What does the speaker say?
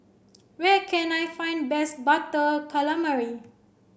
where can I find best Butter Calamari